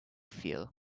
feel